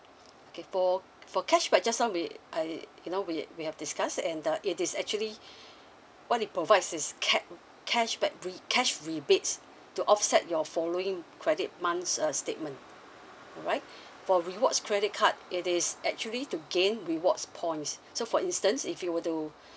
okay for for cashback just now we I you know we we have discussed and the it is actually what it provides is cash cashback re~ cash rebates to offset your following credit month uh statement alright for rewards credit card it is actually to gain rewards points so for instance if you were to